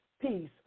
peace